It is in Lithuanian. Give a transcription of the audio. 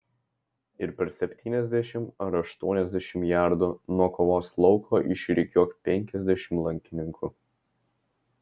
ir per septyniasdešimt ar aštuoniasdešimt jardų nuo kovos lauko išrikiuok penkiasdešimt lankininkų